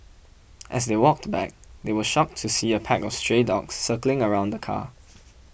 as they walked back they were shocked to see a pack of stray dogs circling around the car